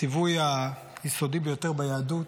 הציווי היסודי ביותר ביהדות: